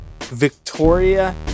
Victoria